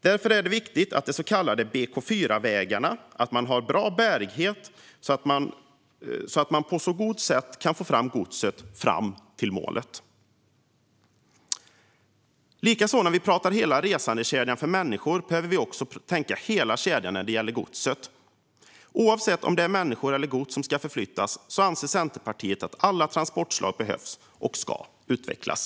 Därför är det viktigt med bra bärighet på de så kallade BK4-vägarna så att godset kan komma fram till målet på ett bra sätt. Precis som att vi pratar om hela resandekedjan för människor behöver vi tänka på hela kedjan också när det gäller godset. Oavsett om det är människor eller gods som ska förflyttas anser Centerpartiet att alla transportslag behövs och ska utvecklas.